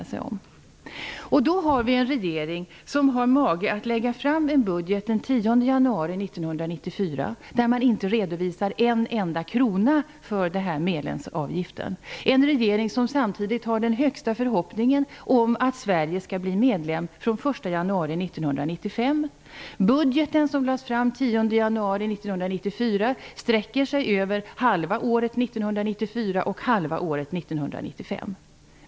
I den här situationen har vi en regering som har mage att lägga fram en budget den 10 januari 1994 där man inte redovisar en enda krona för medlemsavgiften. Det är en regering som samtidigt har den högsta förhoppningen om att Sverige skall bli medlem från den 1 januari 1995. Budgeten som lades fram den 10 januari 1994 sträcker sig över halva året 1994 och halva året 1995.